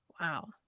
wow